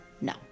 No